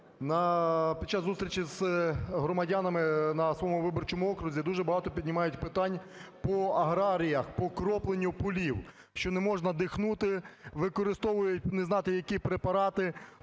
Під час зустрічі з громадянами на своєму виборчому окрузі дуже багато піднімають питань по аграріях, по кропленню полів, що не можна дихнути, використовують не знати які препарати.